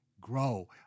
grow –